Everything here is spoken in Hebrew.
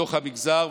בתוך המגזר.